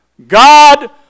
God